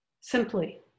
Simply